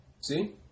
See